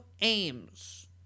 aims